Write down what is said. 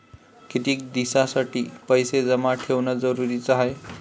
कितीक दिसासाठी पैसे जमा ठेवणं जरुरीच हाय?